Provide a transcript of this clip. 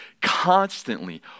constantly